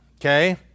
Okay